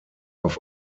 auf